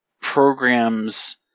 programs –